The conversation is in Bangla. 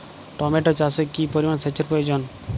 টমেটো চাষে কি পরিমান সেচের প্রয়োজন?